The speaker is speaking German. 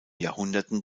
jahrhunderten